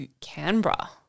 Canberra